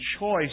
choice